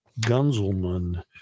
Gunzelman